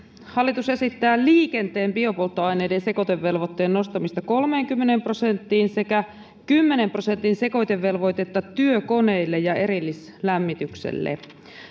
hallitus esittää liikenteen biopolttoaineiden sekoitevelvoitteen nostamista kolmeenkymmeneen prosenttiin sekä kymmenen prosentin sekoitevelvoitetta työkoneille ja erillislämmitykselle